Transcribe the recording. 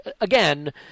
Again